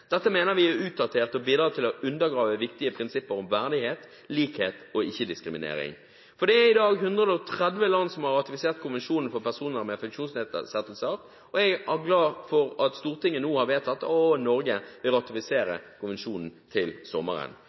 Dette mener vi er utdatert og bidrar til å undergrave viktige prinsipper om verdighet, likhet og ikke-diskriminering. For det er i dag 130 land som har ratifisert konvensjonen for personer med funksjonsnedsettelser, og jeg er glad for at Stortinget nå har vedtatt at Norge vil ratifisere konvensjonen til sommeren.